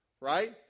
Right